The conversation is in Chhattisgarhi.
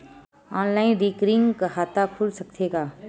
ऑनलाइन रिकरिंग खाता खुल सकथे का?